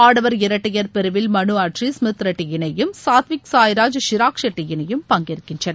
ஆடவர் இரட்டையர் பிரிவில் மனு அட்ரி ஸ்மித் ரெட்டி இணையும் சாத்விக் சாய்ராஜ் ஷிராக் ஷெட்டி இணையும் பங்கேற்கின்றன